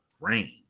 Rain